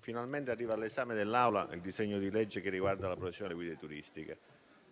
finalmente arriva all'esame dell'Assemblea il disegno di legge che riguarda la professione di guida turistica.